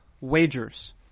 wagers